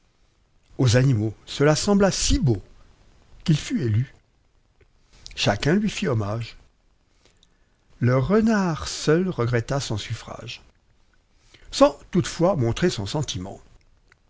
aux animaux cela sembla si beau qu'il fut élu chacun lui fithommage le renard seul regretta son suffrage sans toutefois montrer son sentiment